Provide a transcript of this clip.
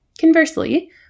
Conversely